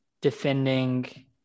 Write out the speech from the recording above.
defending